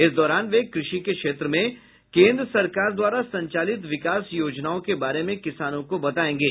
इस दौरान वे कृषि के क्षेत्र में केन्द्र सरकार द्वारा संचालित विकास योजनाओं के बारे में किसानों को बतायेंगे